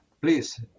Please